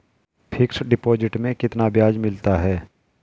Fix deposit में कितना ब्याज मिलता है?